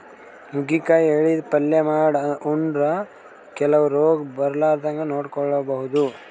ನುಗ್ಗಿಕಾಯಿ ಎಲಿದ್ ಪಲ್ಯ ಮಾಡ್ ಉಂಡ್ರ ಕೆಲವ್ ರೋಗ್ ಬರಲಾರದಂಗ್ ನೋಡ್ಕೊಬಹುದ್